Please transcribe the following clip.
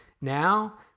now